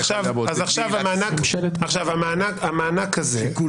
אתה יכול